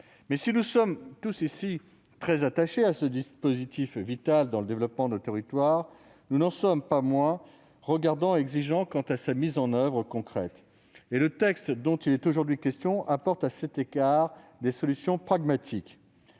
Mais si nous sommes tous très attachés à ce dispositif vital pour le développement de nos territoires, nous n'en sommes pas moins regardants et exigeants quant à sa mise en oeuvre concrète. Le texte dont il est aujourd'hui question apporte à cet égard des solutions pragmatiques.